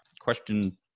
question